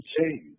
change